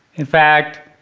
in fact,